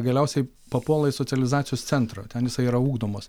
galiausiai papuola į socializacijos centrą ten jisai yra ugdomas